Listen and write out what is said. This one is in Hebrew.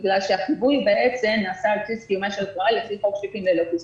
בגלל שהחיווי בעצם נעשה על-פי --- לפי חוק צ'קים ללא כיסוי.